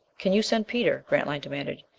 can you send, peter? grantline demanded.